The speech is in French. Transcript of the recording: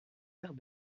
maires